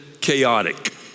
chaotic